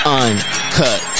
uncut